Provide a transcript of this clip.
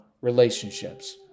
relationships